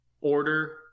order